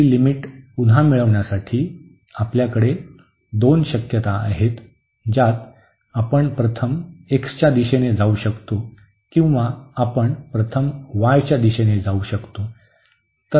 तर ही लिमिट पुन्हा मिळवण्यासाठी आपल्याकडे दोन्ही शक्यता आहेत ज्यात आपण प्रथम x च्या दिशेने जाऊ शकतो किंवा आपण प्रथम y च्या दिशेने जाऊ शकतो